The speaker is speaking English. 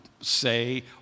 say